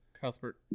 cuthbert